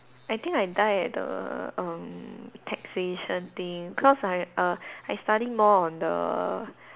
I think I die at the um taxation thing cause I err I study more on the